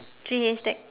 three haystack